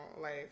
life